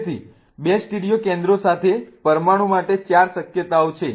તેથી 2 સ્ટીરિયો કેન્દ્રો સાથે પરમાણુ માટે 4 શક્યતાઓ છે